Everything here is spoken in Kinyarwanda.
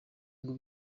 ngo